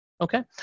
okay